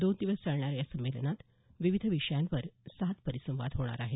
दोन दिवस चालणाऱ्या या संमेलनात विविध विषयावर सात परिसंवाद राहणार आहेत